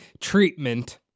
treatment